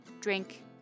drink